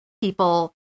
people